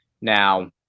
Now